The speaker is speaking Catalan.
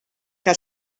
que